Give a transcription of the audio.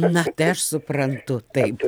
na tai aš suprantu taip